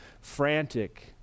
frantic